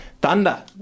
Thunder